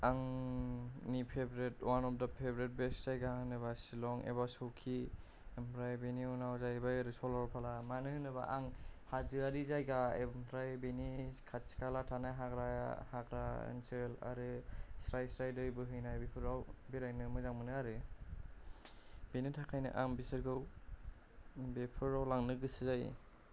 आंनि favourite one of the favourite best जायगा होनोबा शिलं एबा सौकि ओमफ्राय बेनि उनाव जाहैबाय ओरै सरलपारा मानो होनोबा आं हाजोआरि जायगा ओमफ्राय बेनि खाथि खाला थानाय हाग्रा हाग्रा ओनसोल आरो स्राय स्राय दै बोहैनाय बेफोराव बेरायनो मोजां मोनो आरो बेनि थाखायनो आं बिसोरखौ बेफोराव लांनो गोसो जायो